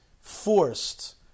forced